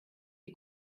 die